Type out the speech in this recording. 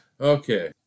Okay